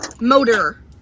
motor